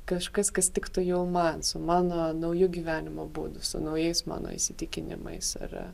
kažkas kas tiktų jau man su mano nauju gyvenimo būdu su naujais mano įsitikinimais ar